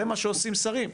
זה מה שעושים שרים,